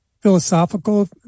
philosophical